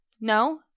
No